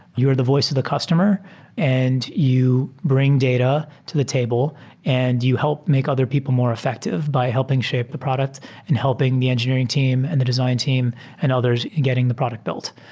you are the voice of the customer and you bring data to the table and you help make other people more effective by helping shape the product and helping the engineering team and the design team and others in getting the product built.